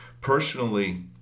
personally